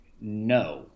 no